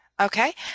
Okay